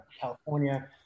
California